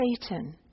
Satan